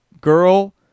girl